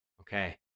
Okay